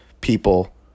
people